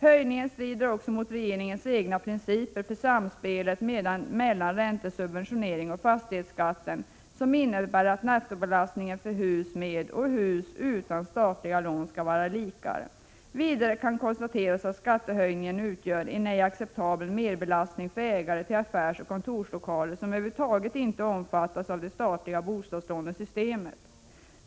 Höjningen strider också mot regeringens egna principer för samspelet mellan räntesubventioneringen och fastighetsskatten, som innebär att nettobelastningen för hus med och hus utan statliga lån skall vara lika. Vidare kan konstateras att skattehöjningen utgör en ej acceptabel merbelastning för ägare till affärsoch kontorslokaler, som över huvud taget inte omfattas av det statliga bostadslånesystemet.